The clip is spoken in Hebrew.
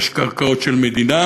יש קרקעות של המדינה,